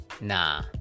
Nah